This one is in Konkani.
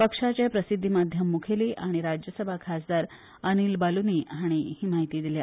पक्षाचे प्रसिध्दीमाध्यम मुखेली आनी राज्यसभा खासदार अनिल बालुनी हाणी ही म्हायती दिल्या